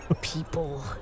people